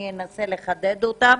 אני אנסה לחדד אותן.